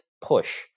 push